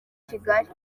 kigali